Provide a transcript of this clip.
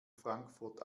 frankfurt